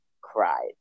cried